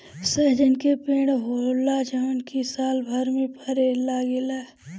सहजन के पेड़ होला जवन की सालभर में फरे लागेला